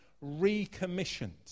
recommissioned